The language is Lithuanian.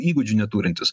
įgūdžių neturintys